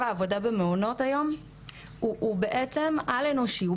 העבודה במעונות היום הוא בעצם על אנושי,